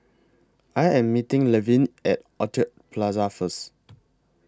I Am meeting Levin At Orchid Plaza First